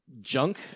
junk